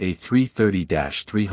A330-300